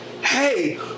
Hey